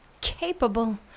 capable